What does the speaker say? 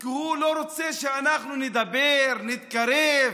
כי הוא לא רוצה שאנחנו נדבר, נתקרב,